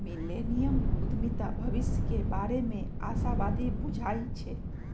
millennium उद्यमीता भविष्य के बारे में आशावादी बुझाई छै